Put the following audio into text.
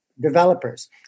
developers